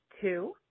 two